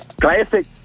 Classic